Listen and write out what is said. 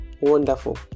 wonderful